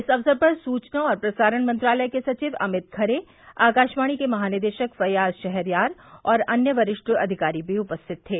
इस अवसर पर सूचना और प्रसारण मंत्रालय के सचिव अमित खरे आकाशवाणी के महानिदेशक फय्याज शहरयार और अन्य वरिष्ठ अधिकारी भी उपस्थित थे